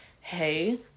hey